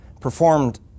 performed